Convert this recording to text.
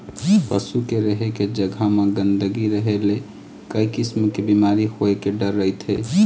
पशु के रहें के जघा म गंदगी रहे ले कइ किसम के बिमारी होए के डर रहिथे